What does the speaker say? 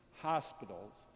hospitals